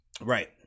Right